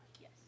Yes